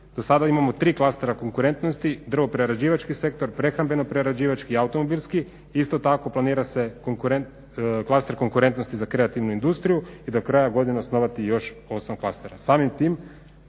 Do sada imamo tri klastera konkurentnosti, drvoprerađivački sektor, prehrambeno prerađivački, automobilski. Isto tako planira se klaster konkurentnosti za kreativnu industriju i do kraja godine osnovati još 8 klastera.